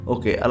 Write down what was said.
Okay